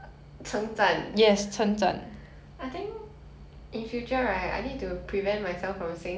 briefly describe cause when you describe it's going to be brief anyway so if I like ask you to briefly describe it'll be like